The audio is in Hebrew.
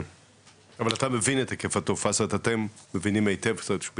אבל אתם מבינים היטב את היקף התופעה,